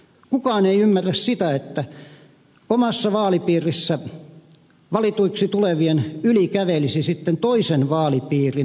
kukaan ei ymmärrä sitä että omassa vaalipiirissä valituiksi tulevien yli kävelisi sitten toisen vaalipiirin puoluepoliittinen tahto